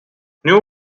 new